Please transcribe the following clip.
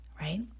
right